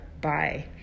bye